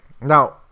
Now